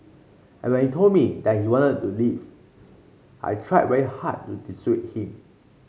and when he told me that he wanted to leave I tried very hard to dissuade him